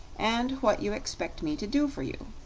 and what you expect me to do for you.